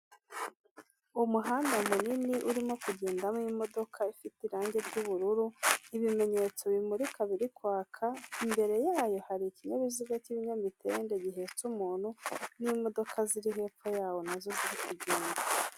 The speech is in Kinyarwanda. Umuhanda munini, urimo kugendamo imodoka ifite irangi ry'ubururu, ibimenyetso bimurika biri kwaka, imbere y'ayo hari ikinyabiziga cy'ibinyamitende gihetse umuntu, n'imodoka ziri hepfo yawo nazo ziri kugenda.